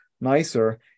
nicer